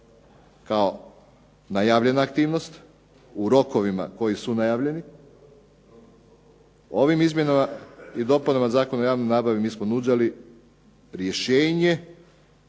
kao najavljena aktivnost u rokovima koji su najavljeni. Ovim izmjenama i dopunama Zakona o javnoj nabavi mi smo nudili rješenje